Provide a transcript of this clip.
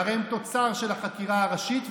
שהרי הן תוצר של החקירה הראשית,